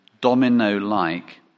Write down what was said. domino-like